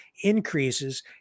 increases